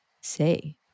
say